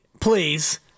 please